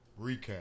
Recap